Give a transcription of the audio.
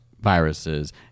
viruses